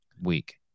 week